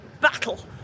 Battle